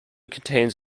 contains